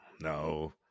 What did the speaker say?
No